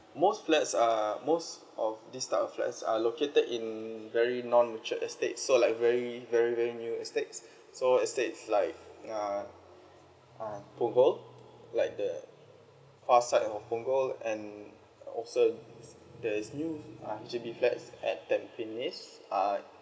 most flats are most of this type of flats are located in very non mature estate so like very very very new estates so estates like uh uh ponggol like the far side of ponngol and also there's new uh H_D_B flat at tampines uh